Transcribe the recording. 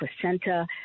placenta